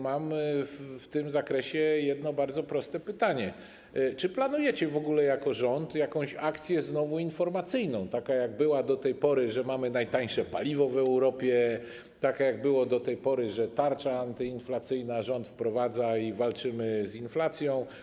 Mam w tym zakresie jedno bardzo proste pytanie: Czy planujecie w ogóle jako rząd znowu jakąś akcję informacyjną, tak jak było do tej pory, że mamy najtańsze paliwo w Europie, tak jak było do tej pory, że jest tarcza antyinflacyjna, rząd ją wprowadza i walczymy w inflacją?